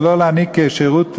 ולא לתת שירות לאזרח,